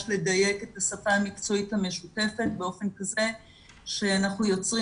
לדייק את השפה המקצועית המשותפת באופן כזה שאנחנו יוצרים